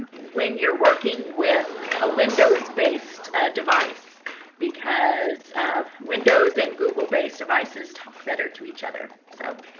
when you're working with a windows-based device because, ah, windows and google-based devices talk better to each other. so,